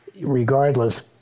regardless